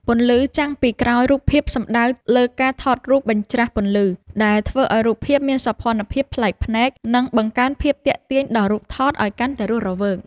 ពន្លឺចាំងពីក្រោយរូបភាពសំដៅលើការថតរូបបញ្រ្ចាស់ពន្លឺ ដែលធ្វើឱ្យរូបភាពមានសោភ័ណភាពប្លែកភ្នែក និង បង្កើនភាពទាក់ទាញដល់រូបថតឱ្យកាន់តែរស់រវើក